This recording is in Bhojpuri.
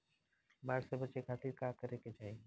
बाढ़ से बचे खातिर का करे के चाहीं?